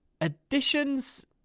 Additions